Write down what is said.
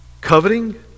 coveting